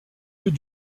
plus